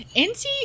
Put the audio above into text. NT